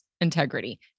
integrity